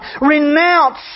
Renounce